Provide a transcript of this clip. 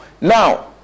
Now